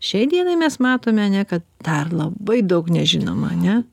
šiai dienai mes matome ane kad dar labai daug nežinom ane